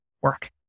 Work